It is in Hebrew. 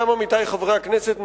עמיתי חברי הכנסת,